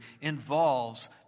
involves